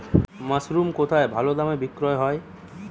Mushroom কেথায় ভালোদামে বিক্রয় হয়?